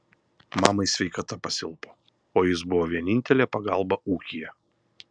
mamai sveikata pasilpo o jis buvo vienintelė pagalba ūkyje